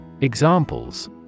Examples